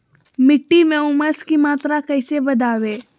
मिट्टी में ऊमस की मात्रा कैसे बदाबे?